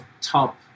top